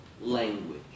language